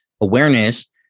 Awareness